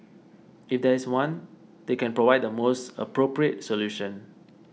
if there is one they can provide the most appropriate solution